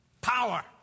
...power